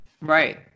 right